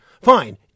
fine